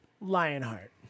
Lionheart